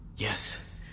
Yes